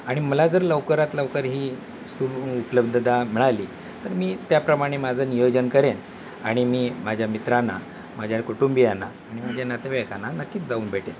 आणि मला जर लवकरात लवकर ही सुर उपलब्धता मिळाली तर मी त्याप्रमाणे माझं नियोजन करेन आणि मी माझ्या मित्रांना माझ्या कुटुंबियांना आणि माझ्या नातेवाईकांना नक्कीच जाऊन भेटेन